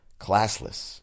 classless